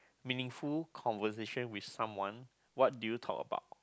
meaningful conversation with someone what did you talk about